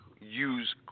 use